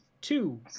two